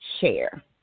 share